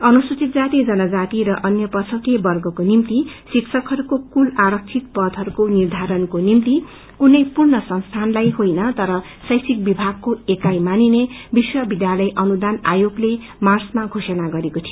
अनुसूचित जाति जनजाति र अन्य पछौअे वर्गको निम्ति शिक्षकहरूको कुल आरक्षि तपदहरूको निर्धारणको निम्ति कुनै पूर्ण संस्थानलाई होइन तर शैक्षिक विभागको एकाई मानिने विश्वविध्यालय अनुदान आयोगले मार्चमा घोषणा गरेको थियो